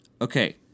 Okay